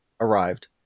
arrived